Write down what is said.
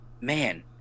man